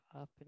up